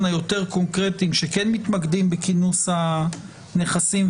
היותר קונקרטיים שכן מתמקדים בכינוס הנכסים,